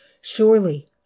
Surely